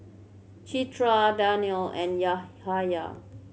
Citra Danial and Yahaya